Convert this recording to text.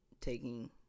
taking